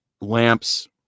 lamps